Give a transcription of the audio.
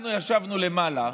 אנחנו ישבנו למעלה.